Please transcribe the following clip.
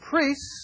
priests